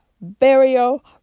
burial